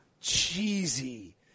cheesy